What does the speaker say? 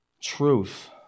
truth